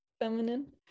feminine